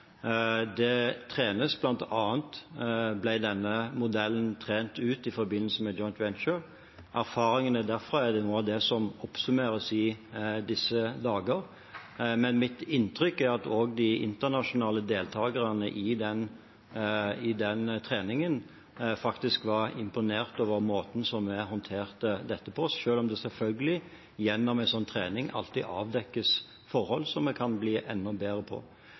Denne modellen ble bl.a. trent på i forbindelse med Joint Venture. Erfaringene derfra er noe av det som oppsummeres i disse dager. Mitt inntrykk er at de internasjonale deltakerne i den treningen faktisk var imponert over måten vi håndterte dette på, selv om det selvfølgelig gjennom en sånn trening alltid avdekkes forhold en kan bli enda bedre på.